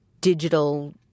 digital